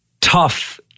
tough